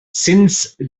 since